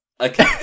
Okay